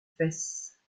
fesses